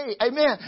amen